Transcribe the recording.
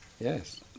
Yes